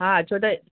हा छो त